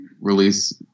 release